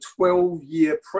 12-year